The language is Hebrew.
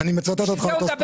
אוי